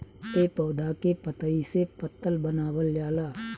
ए पौधा के पतइ से पतल बनावल जाला